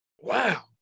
wow